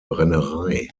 brennerei